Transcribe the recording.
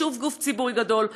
שוב גוף ציבורי גדול,